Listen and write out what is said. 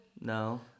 No